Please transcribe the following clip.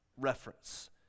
reference